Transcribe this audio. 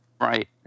Right